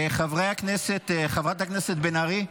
חברת הכנסת בן ארי,